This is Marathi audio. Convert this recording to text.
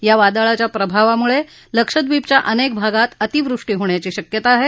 या वादळाच्या प्रभावामुळे लक्षद्वीपच्या अनेक भागात अतिवृष्टी होण्याची शक्यता आहे